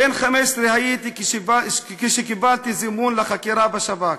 בן 15 הייתי כשקיבלתי זימון לחקירה בשב"כ.